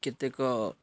କେତେକ